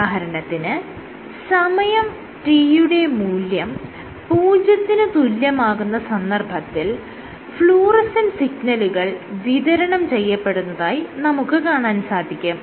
ഉദാഹരണത്തിന് സമയം t യുടെ മൂല്യം പൂജ്യത്തിന് തുല്യമാകുന്ന സന്ദർഭത്തിൽ ഫ്ലൂറസെന്റ് സിഗ്നലുകൾ വിതരണം ചെയ്യപ്പെടുന്നതായി നമുക്ക് കാണാൻ സാധിക്കും